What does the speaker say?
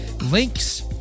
Links